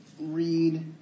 Read